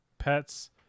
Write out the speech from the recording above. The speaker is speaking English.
pets